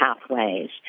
pathways